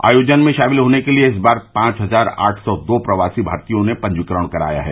आयोजन में शामिल होने के लिये इस बार पांच हज़ार आठ सौ दो प्रवासी भारतीयों ने पंजीकरण कराया है